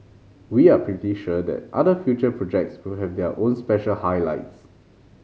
we are pretty sure that other future projects will have their own special highlights